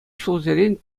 ҫулсерен